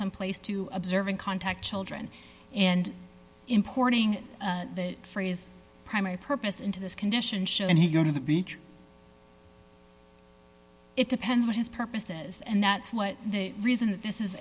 someplace to observe and contact children and importing that phrase primary purpose into this condition show and he go to the beach it depends what his purposes and that's what the reason that this is